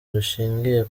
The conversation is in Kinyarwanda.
dushingiye